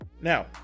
now